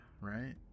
right